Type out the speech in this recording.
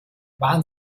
waren